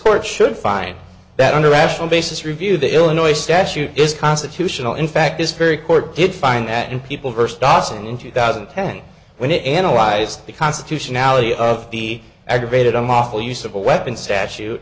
court should find that under rational basis review the illinois statute is constitutional in fact this very court did find that in people versed das and in two thousand and ten when it analyzed the constitutionality of the aggravated awful use of a weapon statute